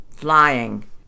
Flying